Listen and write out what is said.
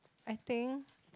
I think